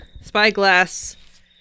spyglass